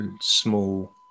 small